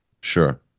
sure